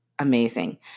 amazing